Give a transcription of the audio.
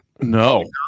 No